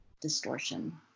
distortion